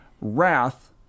wrath